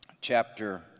chapter